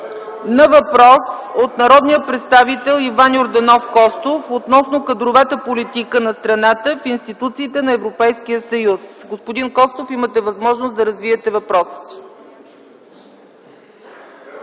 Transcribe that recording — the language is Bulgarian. на въпрос от народния представител Иван Йорданов Костов относно кадровата политика на страната в институциите на Европейския съюз. Господин Костов, имате възможност да развиете въпроса